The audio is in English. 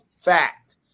fact